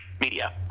Media